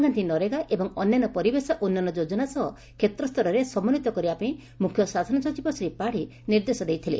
ଗାଧ୍ବୀ ନରେଗା ଏବଂ ଅନ୍ୟାନ୍ୟ ପରିବେଶ ଉନ୍ୟନ ଯୋଜନା ସହ କ୍ଷେତ୍ରସ୍ତରେ ସମନ୍ପିତ କରିବା ପାଇଁ ମୁଖ୍ୟ ଶାସନ ସଚିବ ଶ୍ରୀ ପାତ୍ୀ ନିର୍ଦ୍ଦେଶ ଦେଇଥିଲେ